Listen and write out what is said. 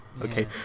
okay